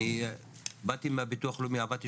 אני באתי מהביטוח הלאומי אני עבדתי